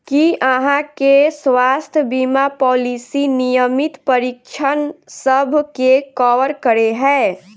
की अहाँ केँ स्वास्थ्य बीमा पॉलिसी नियमित परीक्षणसभ केँ कवर करे है?